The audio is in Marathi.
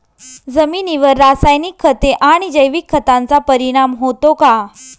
जमिनीवर रासायनिक खते आणि जैविक खतांचा परिणाम होतो का?